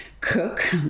cook